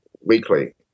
weekly